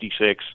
1966